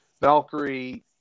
Valkyrie